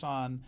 on